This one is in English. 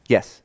Yes